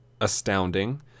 astounding